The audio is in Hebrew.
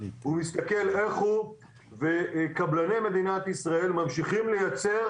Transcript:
הוא מסתכל איך הוא וקבלני מדינת ישראל ממשיכים לייצר